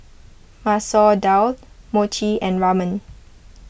Masoor Dal Mochi and Ramen